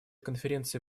конференции